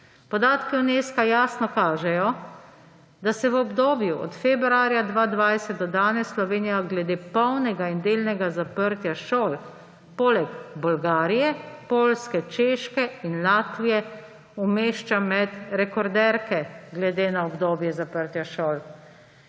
Podatki Unesca jasno kažejo, da se v obdobju od februarja 2020 do danes Slovenija glede polnega in delnega zaprtja šol poleg Bolgarije, Poljske, Češke in Latvije umešča med rekorderke glede na obdobje zaprtja šol.